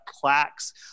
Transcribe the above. plaques